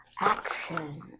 action